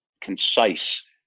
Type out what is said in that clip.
concise